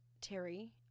Terry